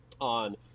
on